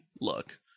look